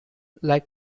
like